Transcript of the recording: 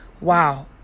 wow